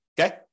Okay